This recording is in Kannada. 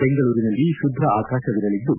ಬೆಂಗಳೂರಿನಲ್ಲಿ ಶುಭ್ಧ ಆಕಾಶವಿರಲಿದ್ದು